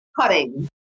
cutting